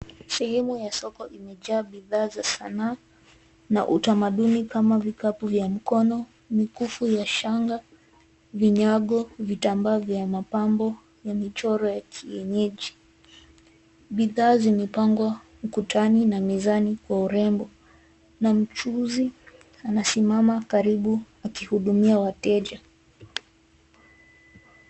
Sehemu ya soko imejaa bidhaa za sanaa na utamaduni kama vikapu vya mkono, mikufu ya shanga, vinyago, vitambaa vya mapambo na michoro ya kienyeji. Bidhaa zimepangwa ukutani na mezani kwa urembo na mchuuzi anasimama karibu akihudumia wateja.